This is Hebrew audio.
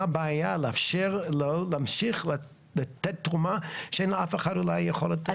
מה הבעיה לאפשר לו להמשיך לתת תרומה שאין לאף אחד אולי יכולת לתת.